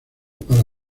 para